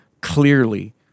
clearly